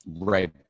right